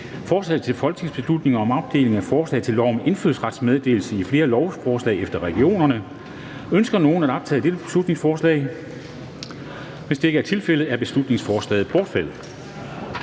Forslag til folketingsbeslutning om opdeling af forslag til lov om indfødsrets meddelelse i flere lovforslag efter regioner. (Beslutningsforslag nr. B 72). Ønsker nogen at optage dette beslutningsforslag? Da det ikke er tilfældet, er beslutningsforslaget bortfaldet.